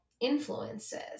influences